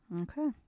Okay